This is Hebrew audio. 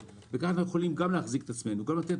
וכך אנחנו יכולים גם להחזיק את עצמנו,